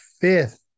fifth